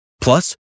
Plus